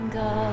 go